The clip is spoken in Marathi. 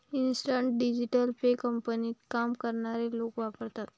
इन्स्टंट डिजिटल पे कंपनीत काम करणारे लोक वापरतात